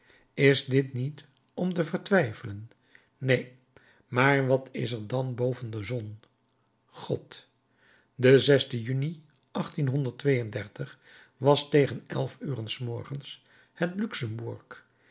is dit niet om te vertwijfelen neen maar wat is er dan boven de zon god den juni was tegen elf uren s morgens het